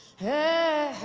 hey,